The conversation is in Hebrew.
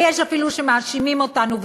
ויש אפילו שמאשימים אותנו,